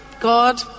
God